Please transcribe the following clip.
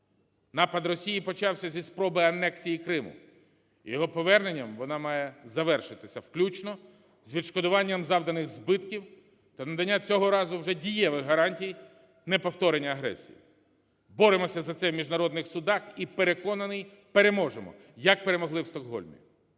Напад Росії почався зі спроби анексії Криму. Його поверненням вона має завершитися включно з відшкодуванням завданих збитків та надання цього разу вже дієвих гарантій неповторення агресії. Боремося за це в міжнародних судах і, переконаний, переможемо, як перемогли в Стокгольмі.